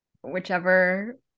whichever